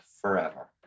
forever